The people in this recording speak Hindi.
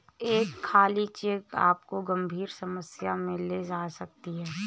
एक खाली चेक आपको गंभीर समस्या में ले जा सकता है